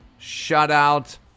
shutout